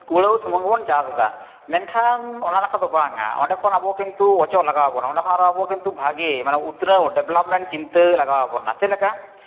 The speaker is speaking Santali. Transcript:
ᱠᱩᱲᱟᱹᱣ ᱥᱩᱢᱩᱱ ᱜᱮᱵᱚᱱ ᱪᱟᱥ ᱮᱫᱟ ᱢᱮᱱᱠᱷᱟᱱ ᱚᱱᱟ ᱞᱮᱠᱟ ᱫᱚ ᱵᱟᱝᱟ ᱚᱸᱰᱮ ᱠᱷᱚᱱ ᱟᱵᱚ ᱠᱤᱱᱛᱩ ᱚᱪᱚᱜ ᱞᱟᱜᱟᱣ ᱵᱚᱱᱟ ᱚᱸᱰᱮ ᱠᱷᱚᱱ ᱟᱵᱚ ᱠᱤᱱᱛᱩ ᱵᱷᱟᱹᱜᱤ ᱩᱛᱱᱟᱹᱣ ᱰᱮᱵᱷᱞᱚᱯᱢᱮᱱᱴ ᱪᱤᱱᱛᱟᱹ ᱞᱟᱜᱟᱣ ᱵᱚᱱᱟ ᱪᱮᱫ ᱞᱮᱠᱟ